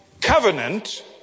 covenant